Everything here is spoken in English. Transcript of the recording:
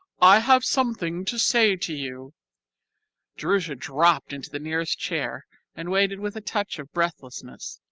i have something to say to you jerusha dropped into the nearest chair and waited with a touch of breathlessness.